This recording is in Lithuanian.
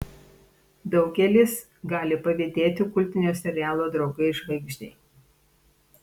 daugelis gali pavydėti kultinio serialo draugai žvaigždei